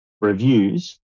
reviews